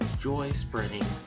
joy-spreading